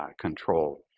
ah control,